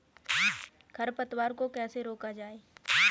खरपतवार को कैसे रोका जाए?